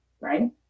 right